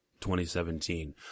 2017